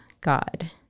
God